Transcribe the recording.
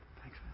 Thanks